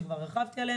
שכבר דיברתי עליו,